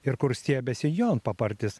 ir kur stiebiasi jonpapartis